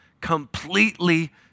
Completely